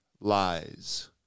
lies